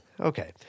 Okay